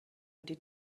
did